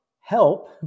help